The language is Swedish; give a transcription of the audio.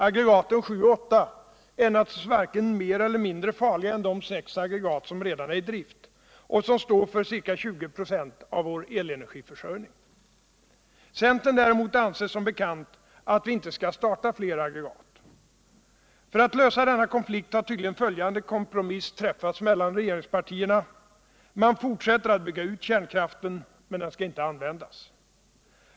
Aggregaten 7 och 8 är naturligtvis varken mer eller mindre farliga än de sex aggregat som redan är i drift och som står för ca 20 "a av vår elenergiförsörjning. Centern anser däremot som bekant att vi inte skall starta fler aggregat. För att lösa denna konflikt har tydligen följande kompromiss träffats mellan regeringspartierna: Man fortsätter att bygga ut kärnkraften, men den skall inte användas.